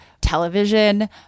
television